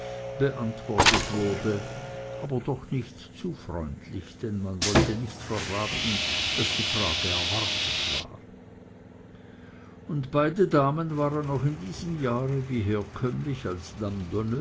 beantwortet wurde aber doch nicht zu freundlich denn man wollte nicht verraten daß die frage erwartet war und beide damen waren auch in diesem jahre wie herkömmlich als